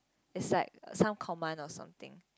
it's like some command or something